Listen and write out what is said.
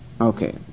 Okay